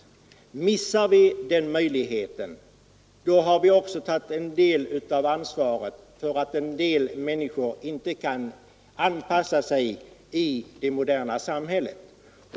Missar vi den möjligheten, har vi också tagit på oss en del av ansvaret för att somliga människor inte kan anpassa sig till det moderna samhället.